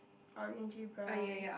orange brown